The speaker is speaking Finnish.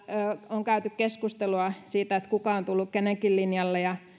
on käyty keskustelua siitä kuka on tullut kenenkin linjalle ja